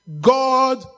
God